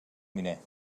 miner